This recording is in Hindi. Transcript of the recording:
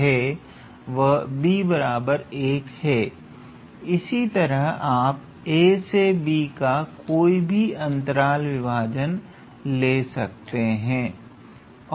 इसी तरह आप a से b का कोई भी अंतराल विभाजन ले सकते हैं